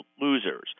losers